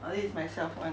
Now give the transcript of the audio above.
oh this is myself [one]